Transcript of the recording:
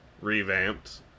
revamped